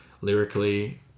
lyrically